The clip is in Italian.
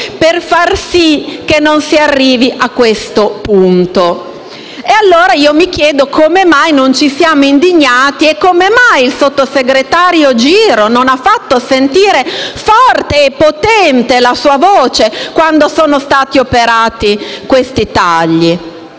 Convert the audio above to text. per far sì che non si arrivi a questo punto. Mi chiedo allora come mai non ci si sia indignati e come mai il vice ministro Giro non abbia fatto sentire forte e potente la sua voce quando sono stati operati questi tagli.